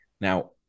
Now